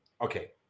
okay